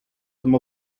tym